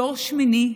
דור שמיני,